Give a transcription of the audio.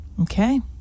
Okay